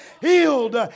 Healed